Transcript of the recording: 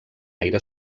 aire